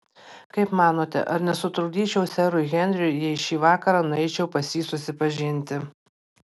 kaip manote ar nesutrukdyčiau serui henriui jei šį vakarą nueičiau pas jį susipažinti